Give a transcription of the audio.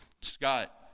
Scott